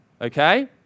Okay